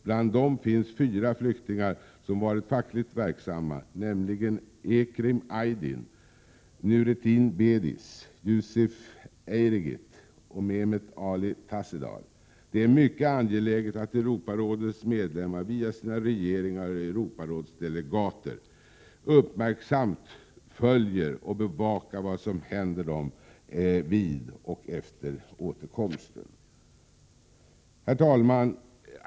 Bland dem finns fyra flyktingar som har varit fackligt verksamma — nämligen Ekrem Aydin, Nurettin Bediz, Yusuf Eryigit och Mehmet Ali Tazedal. Det är mycket angeläget att Europarådets medlemmar via sina regeringar och Europarådsdelegater uppmärksamt följer och bevakar vad som händer dessa människor vid och efter återkomsten. Herr talman!